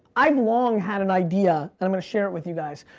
i've long had an idea, and i'm gonna share it with you guys,